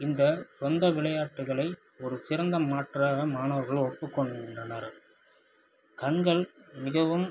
இந்த சொந்த விளையாட்டுகளை ஒரு சிறந்த மாற்றாக மாணவர்கள் ஒப்புக்கொண்டனர் கண்கள் மிகவும்